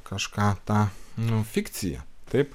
kažką tą nu fikciją taip